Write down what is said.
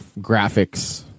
graphics